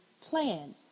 plan